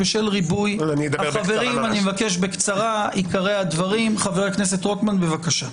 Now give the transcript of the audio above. אבקש בקצרה, בבקשה.